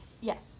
Yes